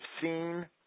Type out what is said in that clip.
seen